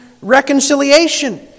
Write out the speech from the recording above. reconciliation